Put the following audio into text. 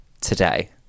today